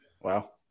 Wow